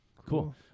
cool